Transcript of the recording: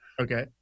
Okay